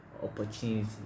opportunity